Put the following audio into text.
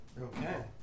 Okay